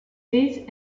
fills